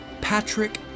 Patrick